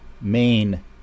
main